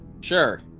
sure